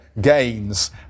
gains